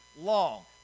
long